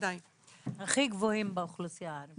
הכי גבוהים באוכלוסייה הערבית.